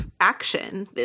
action